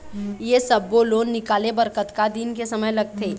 ये सब्बो लोन निकाले बर कतका दिन के समय लगथे?